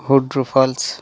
Hundru false